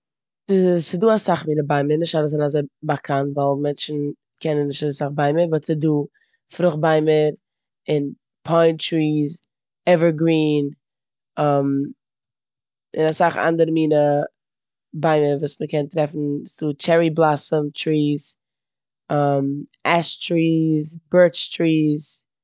ס'דא אסאך אנדערע מינע ביימער, נישט אלע זענען אזוי באקאנט ווייל מענטשן קענען נישט אזוי סאך ביימער באט ס'דא פרוכט ביימער און פיין טריס, עווערגרין און אסאך אנדערע מינע ביימער וואס מ'קען טרעפן. ס'דא טשערי בלאסאם טריס, עש טריס, בירטש, טריס.